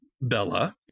Bella